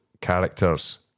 characters